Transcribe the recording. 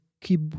keep